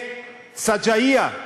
בסג'עיה,